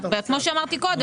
כמו שאמרתי קודם,